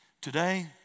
Today